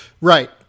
Right